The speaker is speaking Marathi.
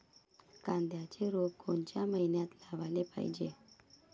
कांद्याचं रोप कोनच्या मइन्यात लावाले पायजे?